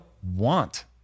want